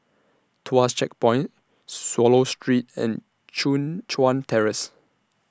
Tuas Checkpoint Swallow Street and Chun Chuan Terrace